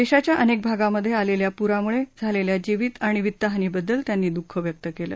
देशाच्या अनेक भागांमध्ये आलेल्या पूरामुळे झालेल्या जीवीत आणि वित्तहानीबद्दल त्यांनी दुःख व्यक्त केलं